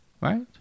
Right